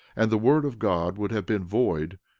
and the word of god would have been void,